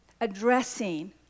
addressing